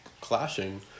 clashing